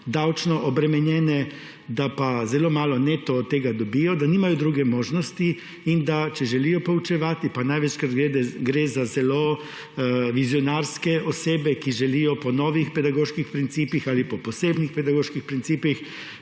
davčno obremenjene, da pa zelo malo neto od tega dobijo, da nimajo druge možnosti in da, če želijo poučevati, pa največkrat gre za zelo vizionarske osebe, ki želijo po novih pedagoških principih ali po posebnih pedagoških principih